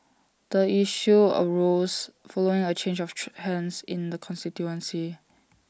the issue arose following A change of true hands in the constituency